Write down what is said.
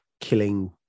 killing